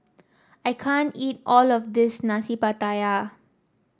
I can't eat all of this Nasi Pattaya